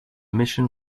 mission